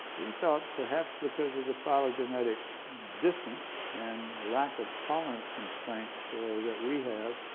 we thought perhaps because of the philogenetic distance and lack of tolerance constraints that we have,